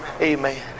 Amen